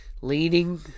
Leaning